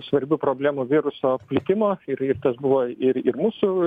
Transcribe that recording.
svarbių problemų viruso plitimo ir ir tas buvo ir ir mūsų